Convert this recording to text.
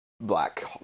Black